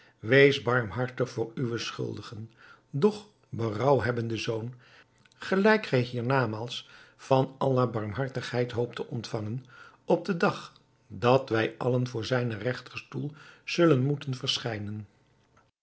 wees barmhartig voor uwen schuldigen doch berouwhebbenden zoon gelijk gij hier namaals van allah barmhartigheid hoopt te ontvangen op den dag dat wij allen voor zijnen regterstoel zullen moeten verschijnen